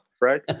right